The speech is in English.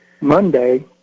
Monday